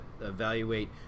evaluate